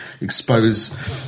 expose